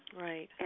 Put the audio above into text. Right